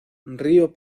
río